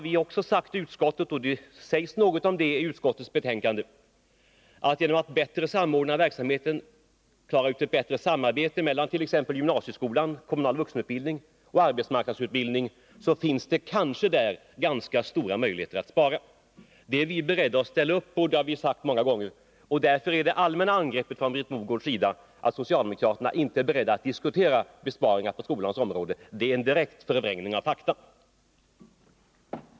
I stället skulle man säkerligen kunna spara genom att bättre samordna verksamheten och få till stånd ett bättre samarbete mellan t.ex. gymnasieskolan, kommunal vuxenutbildning och arbetsmarknadsutbildningen. Detta har vi också framfört i utskottet, och det sägs även i utskottets betänkande. Vi är beredda att ställa upp på sådana åtgärder — det har vi sagt många gånger. Därför är det allmänna angreppet från Britt Mogårds sida om att socialdemokraterna inte är beredda att diskutera besparingar på skolans område en direkt förvrängning av fakta.